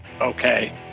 Okay